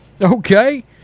Okay